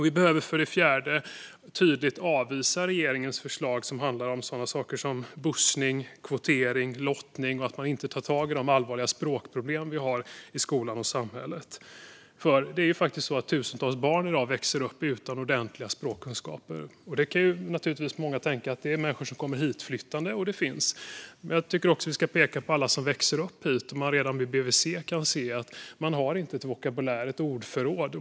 Vi behöver för det fjärde tydligt avvisa regeringens förslag om sådana saker som bussning, kvotering och lottning. Regeringen tar inte tag i de allvarliga språkproblem vi har i skolan och samhället. Tusentals barn växer i dag upp utan ordentliga språkkunskaper. Då kan många naturligtvis tänka att det är människor som kommer hitflyttande. De finns, men jag tycker också att vi ska peka på alla som växer upp här och som man redan på BVC kan se inte har en vokabulär, ett ordförråd.